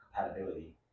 compatibility